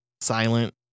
silent